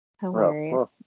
hilarious